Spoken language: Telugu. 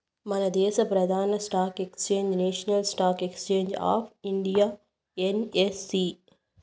మనదేశ ప్రదాన stock exchange national stock exchange of India NSE